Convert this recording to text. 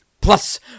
Plus